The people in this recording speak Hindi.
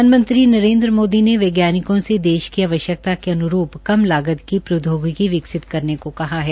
प्रधानमंत्री नरेन्द्र मोदी ने वैज्ञानिकों से देश की आवश्यकता के अन्रूप कम लागत की प्रौद्योगिकी विकसित करने को कहा है